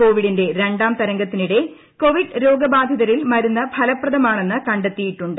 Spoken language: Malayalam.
കോവിഡിന്റെ രണ്ടാം തരംഗത്തിനിടെ കോവിഡ് രോഗബാധിതരിൽ മരുന്ന് ഫലപ്രദമാണ്ണെന്ന് കണ്ടെത്തിയിട്ടുണ്ട്